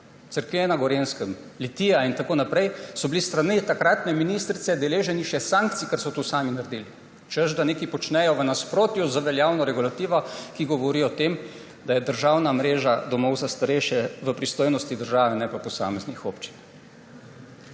Cerklje na Gorenjskem, Litija in tako naprej so bili s strani takratne ministrice deležni še sankcij, ker so to sami naredili, češ, da nekaj počnejo v nasprotju z veljavni regulativo, ki govori o tem, da je državna mreža domov za starejše v pristojnosti države, ne pa posameznih občin.